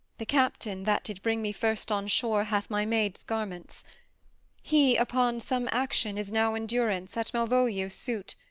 the captain that did bring me first on shore hath my maid's garments he, upon some action, is now in durance, at malvolio's suit,